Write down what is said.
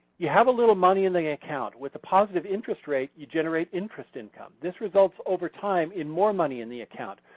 you have a little money in the account. with the positive interest rate you generate interest income. this results over time in more money in the account,